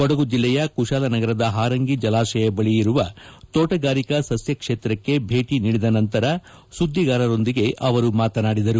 ಕೊಡಗು ಜಿಲ್ಲೆಯ ಕುಶಾಲನಗರದ ಹಾರಂಗಿ ಜಲಾಶಯ ಬಳಿ ಇರುವ ತೋಟಗಾರಿಕಾ ಸಸ್ಯ ಕ್ಷೇತ್ರಕ್ಕೆ ಭೇಟಿ ನೀಡಿದ ನಂತರ ಸುದ್ದಿಗಾರರೊಂದಿಗೆ ಅವರು ಮಾತನಾಡಿದರು